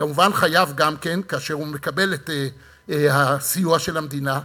כמובן חייב גם, כאשר הוא מקבל את הסיוע של המדינה,